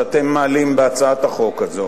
שאתם מעלים בהצעת החוק הזו,